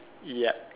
ya